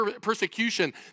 persecution